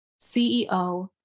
CEO